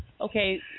okay